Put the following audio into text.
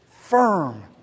firm